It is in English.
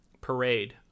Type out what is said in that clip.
parade